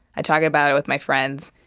i talk about it with my friends.